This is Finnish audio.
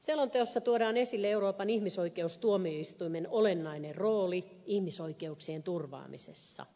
selonteossa tuodaan esille euroopan ihmisoikeustuomioistuimen olennainen rooli ihmisoikeuksien turvaamisessa